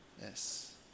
Yes